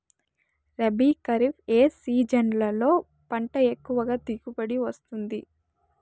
రబీ, ఖరీఫ్ ఏ సీజన్లలో పంట ఎక్కువగా దిగుబడి వస్తుంది